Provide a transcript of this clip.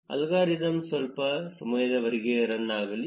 algorithm ಸ್ವಲ್ಪ ಸಮಯದವರೆಗೆ run ಆಗಲಿ